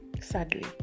Sadly